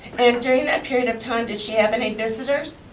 and during that period of time did she have any visitors?